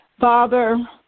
Father